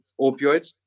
opioids